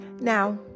Now